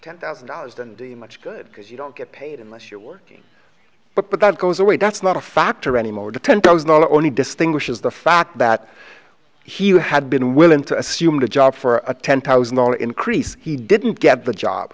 ten thousand dollars and much good because you don't get paid unless you're working but that goes away that's not a factor anymore detent i was not the only distinguishes the fact that he had been willing to assume the job for a ten thousand dollar increase he didn't get the job